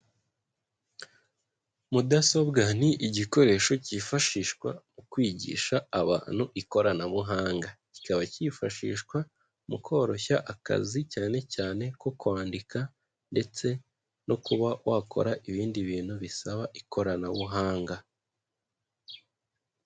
Mudasobwa ni igikoresho kifashishwa mu kwigisha abantu ikoranabuhanga, kikaba kifashishwa mu koroshya akazi cyane cyane ko kwandika ndetse no kuba wakora ibindi bintu bisaba ikoranabuhanga.